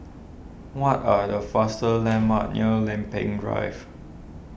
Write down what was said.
what are the faster landmarks near Lempeng Drive